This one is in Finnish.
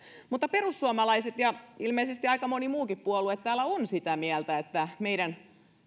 perussuomalaiset ja ilmeisesti aika moni muukin puolue täällä on sitä mieltä että meidän